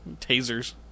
Tasers